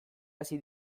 hasi